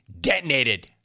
detonated